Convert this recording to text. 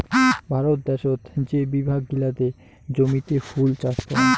ভারত দ্যাশোত যে বিভাগ গিলাতে জমিতে ফুল চাষ করাং